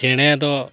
ᱪᱮᱬᱮ ᱫᱚ